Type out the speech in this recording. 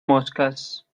mosques